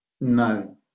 No